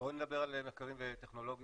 בואו נדבר על מחקרים וטכנולוגיות,